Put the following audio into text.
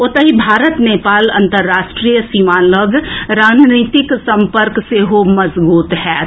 ओतहि भारत नेपाल अन्तर्राष्ट्रीय सीमाक लऽग रणनीतिक सम्पर्क सेहो मजगूत होयत